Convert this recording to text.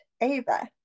Ava